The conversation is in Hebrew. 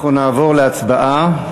אנחנו נעבור להצבעה.